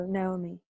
Naomi